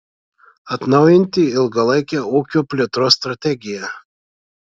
atnaujinti ilgalaikę ūkio plėtros strategiją